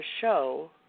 show